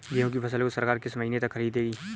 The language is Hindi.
गेहूँ की फसल को सरकार किस महीने तक खरीदेगी?